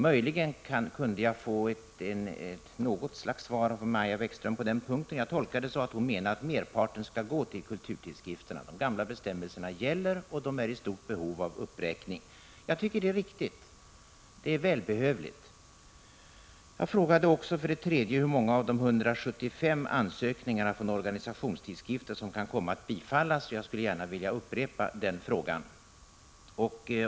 Möjligen kunde jag få något slags svar av Maja Bäckström på den punkten. Jag tolkar henne så att hon menar att merparten skall gå till kulturtidskrifterna — de gamla bestämmelserna gäller, och de är i stort behov av uppräkning. Jag tycker att det är viktigt. Det är välbehövligt. Jag frågade för det tredje hur många av de 175 ansökningarna från organisationstidskrifter som kan komma att bifallas. Jag skulle gärna vilja upprepa den frågan.